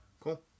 cool